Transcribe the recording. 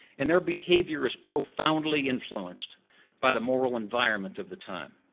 and their behavior is profoundly influenced by the moral environment of the time.